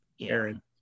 Aaron